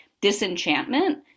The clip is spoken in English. disenchantment